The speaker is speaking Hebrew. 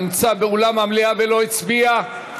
נמצא באולם המליאה ולא הצביע,